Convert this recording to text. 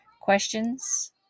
questions